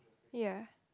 ya